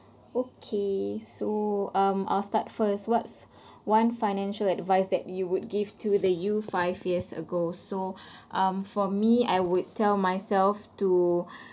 okay so um I'll start first what's one financial advice that you would give to the you five years ago so for me I would tell myself to